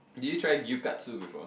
did you try gyukatsu before